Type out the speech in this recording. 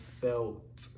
felt